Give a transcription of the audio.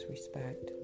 respect